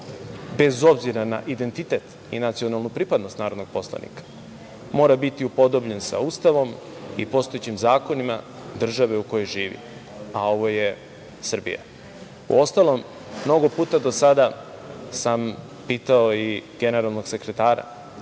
bez obzira na identitet i nacionalnu pripadnost narodnog poslanika, mora biti upodobljen sa Ustavom i postojećim zakonima države u kojoj živi, a ovo je Srbija. Uostalom, mnogo puta do sada sam pitao i generalnog sekretara